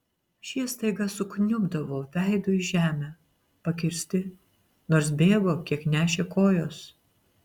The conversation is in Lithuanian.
šie staiga sukniubdavo veidu į žemę pakirsti nors bėgo kiek nešė kojos